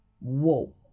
Whoa